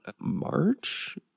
March